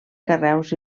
carreus